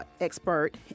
expert